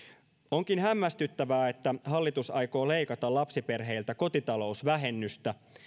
onkin hämmästyttävää että hallitus aikoo leikata lapsiperheiltä kotitalousvähennystä